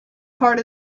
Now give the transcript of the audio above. part